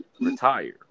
retire